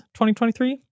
2023